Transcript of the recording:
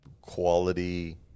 quality